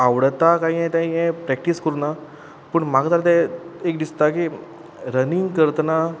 आवडटा काय हें तें हांवें प्रॅक्टीस करुना पूण म्हाका जाल्यार तें एक दिसता की रनिंग करतना